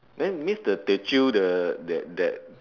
then means the teochew the that that